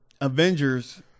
Avengers